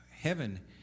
Heaven